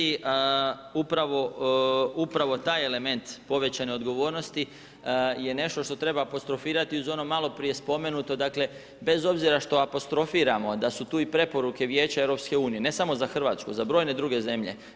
Upravo taj element povećane odgovornosti, je nešto što treba apostrofirati, uz ono maloprije spomenuto, dakle, bez obzira što apostrofiramo, da su tu i preporuka Vijeća EU, ne samo za Hrvatsku, za brojne druge zemlje.